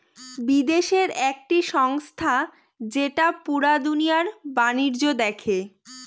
বিদেশের একটি সংস্থা যেটা পুরা দুনিয়ার বাণিজ্য দেখে